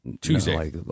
Tuesday